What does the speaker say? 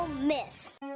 miss